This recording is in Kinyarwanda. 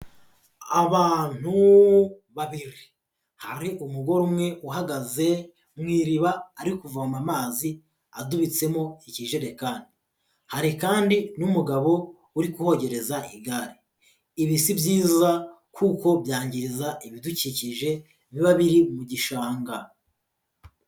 Abantu babiri, hari umugore umwe uhagaze mu iriba ari kuvoma amazi adubitsemo ikijerekani, hari kandi n'umugabo uri kubogereza igare. Ibi si byiza kuko byangiza ibidukikije biba biri mu gishanga.